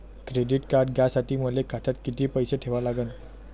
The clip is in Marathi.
क्रेडिट कार्ड घ्यासाठी मले खात्यात किती पैसे ठेवा लागन?